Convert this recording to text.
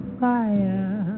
fire